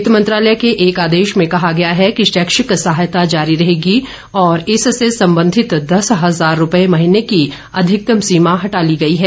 वित्त मंत्रालय के एक आदेश में कहा गया है कि शैक्षिक सहायता जारी रहेगी और इससे संबंधित दस हजार रूपये महीने की अधिकतम सीमा हटा ली गई है